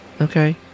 Okay